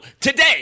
today